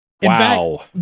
Wow